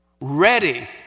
ready